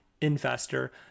investor